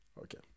Okay